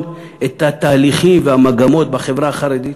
את התהליכים והמגמות בחברה החרדית?